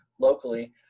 locally